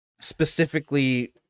specifically